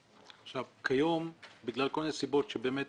כיום בגלל כל הנסיבות שבאמת